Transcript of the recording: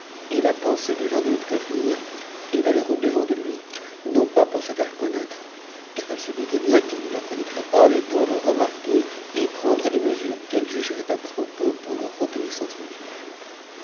et la pensée lui vint de le prévenu et d'aller au-devant je lui non pas pour se faire connaître car elle se doutait bien qu'il ne la onna trait pas mais pour le remarquer et prendre les mesures qu'elle ihscrait a propos pour leur reconnaissance mutuelle